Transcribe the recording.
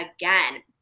again